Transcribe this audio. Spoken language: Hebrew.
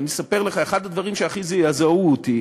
אני אספר לך: אחד הדברים שהכי זעזעו אותי